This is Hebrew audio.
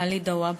ועלי דוואבשה,